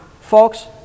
Folks